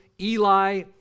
Eli